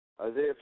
Isaiah